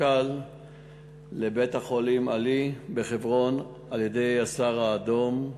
קל לבית-החולים "אל-אהלי" בחברון על-ידי "הסהר האדום",